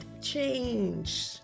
change